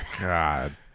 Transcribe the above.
god